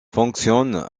fonctionne